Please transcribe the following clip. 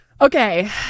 Okay